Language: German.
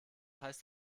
heißt